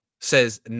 says